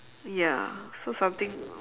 ya so something